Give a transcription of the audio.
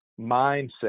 mindset